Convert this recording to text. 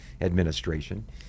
administration